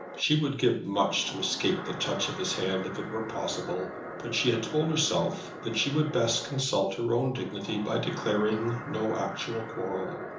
she would give much to escape the touch of his hand, if it were possible but she had told herself that she would best consult her own dignity by declaring no actual quarrel.